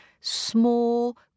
small